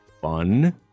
fun